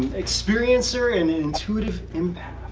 experiencer and intuitive empath.